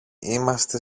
είμαστε